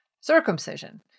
Circumcision